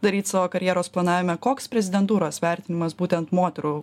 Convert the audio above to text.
daryt savo karjeros planavime koks prezidentūros vertinimas būtent moterų